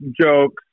jokes